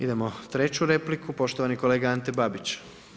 Idemo treću repliku, poštovani kolega Ante Babić.